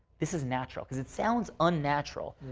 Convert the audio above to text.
this is natural because it sounds unnatural.